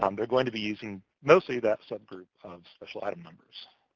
um they're going to be using mostly that subgroup of special item numbers.